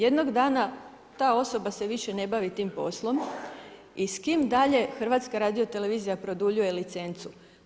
Jednog dana ta osoba se više ne bavi tim poslom i s kim dalje HRT produljuje licencu?